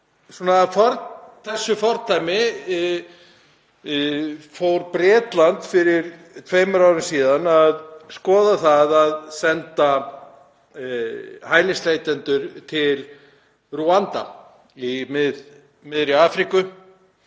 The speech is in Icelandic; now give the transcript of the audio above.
þessu fordæmi fór Bretland fyrir tveimur árum að skoða það að senda hælisleitendur til Rúanda í miðri Afríku